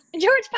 George